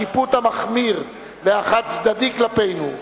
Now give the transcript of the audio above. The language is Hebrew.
השיפוט המחמיר והחד-צדדי כלפינו,